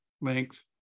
length